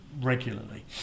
regularly